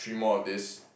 three more of this